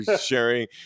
sharing